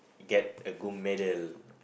get a gold medal